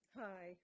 hi